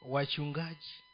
Wachungaji